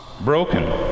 broken